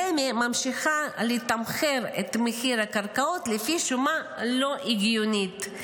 רמ"י ממשיכה לתמחר את מחיר הקרקעות לפי שומה לא הגיונית.